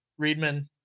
Reedman